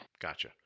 Gotcha